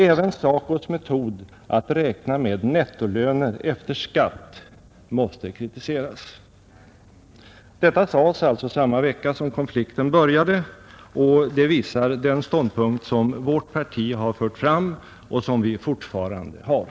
Även SACO:s metod att räkna med nettolöner efter skatt måste kritiseras.” Detta sades alltså samma vecka som konflikten började, och det visar den ståndpunkt som vårt parti har fört fram och som vi fortfarande har.